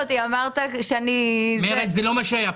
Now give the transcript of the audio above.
אני נגד הנשיא לא הולך.